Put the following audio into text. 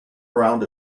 around